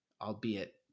albeit